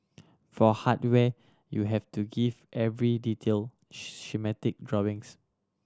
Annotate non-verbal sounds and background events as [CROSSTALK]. for hardware you have to give every detail [UNINTELLIGIBLE] schematic drawings